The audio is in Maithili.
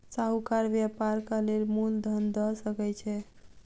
साहूकार व्यापारक लेल मूल धन दअ सकै छै